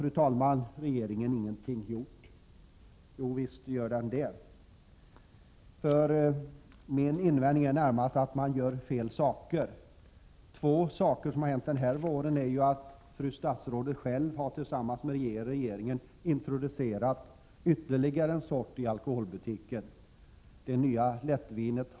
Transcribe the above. Fru talman! Har regeringen inte gjort något? Jo visst, men min invändning är närmast att man gör fel saker. En sak som har hänt denna vår är att fru statsrådet tillsammans med regeringen har introducerat ytterligare en alkoholsort i alkoholbutiken, nämligen det nya lättlättvinet.